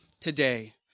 today